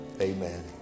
Amen